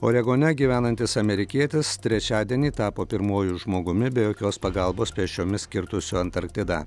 oregone gyvenantis amerikietis trečiadienį tapo pirmuoju žmogumi be jokios pagalbos pėsčiomis kirtusiu antarktidą